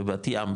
בבת ים,